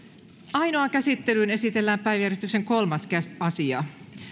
ainoaan käsittelyyn esitellään päiväjärjestyksen kolmas asia